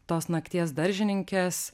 tos nakties daržininkės